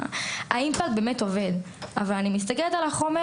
האימפקט באמת עובד אבל אני מסתכלת על החומר